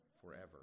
forever